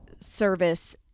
service